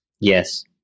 Yes